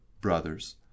brothers